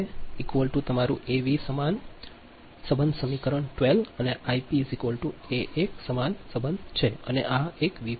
છે તમારું A V સમાન સંબંધ સમીકરણ 12 અને આઈપી એ એક સમાન સંબંધ છે અને આ એક વી